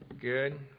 Good